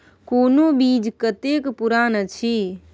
कोनो बीज कतेक पुरान अछि?